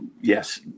Yes